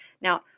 Now